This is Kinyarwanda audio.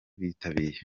bitabiye